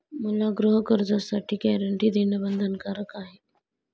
मला गृहकर्जासाठी गॅरंटी देणं बंधनकारक आहे का?